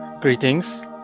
Greetings